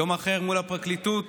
יום אחר, מול הפרקליטות,